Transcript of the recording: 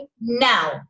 now